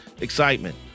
excitement